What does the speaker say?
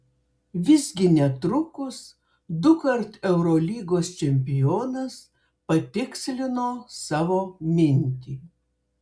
visgi netrukus dukart eurolygos čempionas patikslino savo mintį